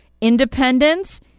Independence